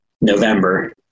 November